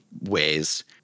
ways